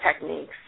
techniques